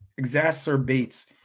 exacerbates